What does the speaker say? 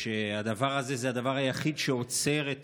שהדבר הזה זה הדבר היחיד שעוצר את